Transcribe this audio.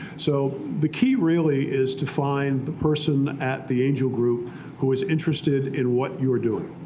so the key really is to find the person at the angel group who is interested in what you are doing.